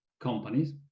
companies